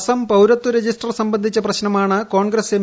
അസം പൌരത്വ രജിസ്റ്റർ സംബന്ധിച്ച പ്രശ്നമാണ് കോൺഗ്രസ് എം